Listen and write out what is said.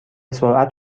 سرعت